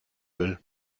will